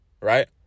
right